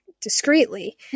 discreetly